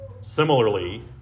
Similarly